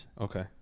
Okay